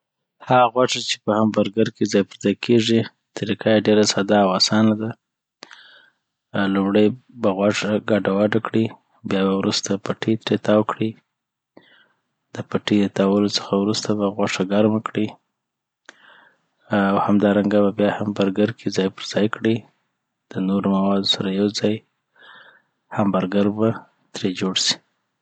هغه غوښه چي په هم برګر کي ځاي پرځاي کیږي طریقه ډيره ساده او اسانه ده آ لومړي به غوښه ګډه وډه کړي بیا به وروسته پټي تري تاوو کړي دپټې دتاولو څخه وروسته به غوښه ګرمه کړي آ او همدارنګه بیا هم برګر کی ځای پرځاي کړی د نورو موادو سره یوځاي. هم پرګر به جوړ سي